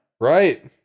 right